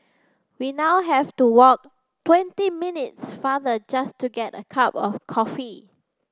we now have to walk twenty minutes farther just to get a cup of coffee